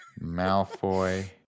Malfoy